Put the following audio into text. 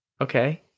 Okay